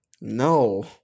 no